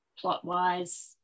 plot-wise